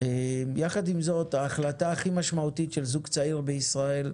יחד עם זאת ההחלטה הכי משמעותית של זוג צעיר בישראל,